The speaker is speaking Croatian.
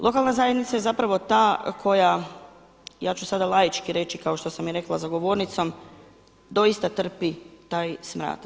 Lokalna zajednica je zapravo ta koja, ja ću sada laički reći kao što sam i rekla za govornicom doista trpi taj smrad.